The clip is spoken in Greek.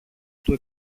του